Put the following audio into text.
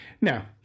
Now